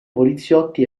poliziotti